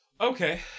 okay